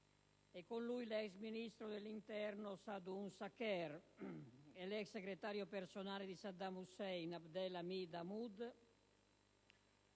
all'ex ministro dell'interno Saadun Shaker e l'ex segretario personale di Saddam Hussein Abdel Hamid Hamud,